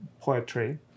poetry